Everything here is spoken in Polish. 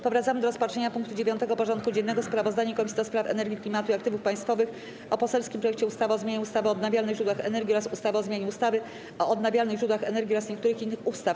Powracamy do rozpatrzenia punktu 9. porządku dziennego: Sprawozdanie Komisji do Spraw Energii, Klimatu i Aktywów Państwowych o poselskim projekcie ustawy o zmianie ustawy o odnawialnych źródłach energii oraz ustawy o zmianie ustawy o odnawialnych źródłach energii oraz niektórych innych ustaw.